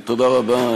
תודה רבה.